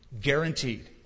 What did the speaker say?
Guaranteed